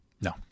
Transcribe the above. no